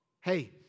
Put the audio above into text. hey